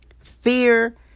fear